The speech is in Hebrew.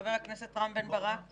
חבר הכנסת רם בן ברק.